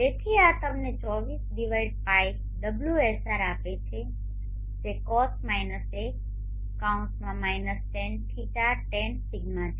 તેથી આ તમને 24π ωsr આપે છે જે cos 1 tan ϕ tan δ છે